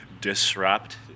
disrupt